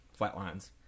flatlines